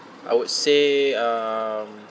I would say